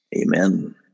Amen